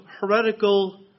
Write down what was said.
heretical